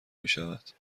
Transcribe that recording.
میشود